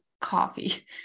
coffee